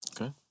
okay